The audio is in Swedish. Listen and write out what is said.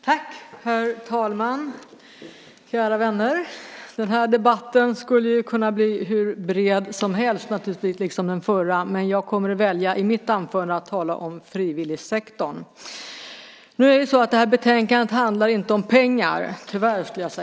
Herr talman! Kära vänner! Den här debatten skulle kunna bli hur bred som helst, som den förra, men jag väljer att i mitt anförande tala om frivilligsektorn. Det här betänkandet handlar inte om pengar, tyvärr.